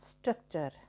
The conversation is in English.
structure